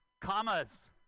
Commas